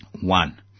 One